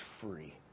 free